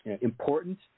important